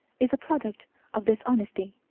is a product of dishonesty,